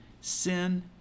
sin